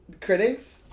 Critics